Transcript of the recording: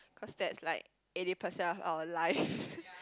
cause that's like eighty percent of our life